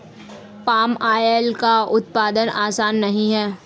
palm oil का उत्पादन आसान नहीं है